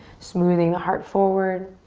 smoothing the heart forward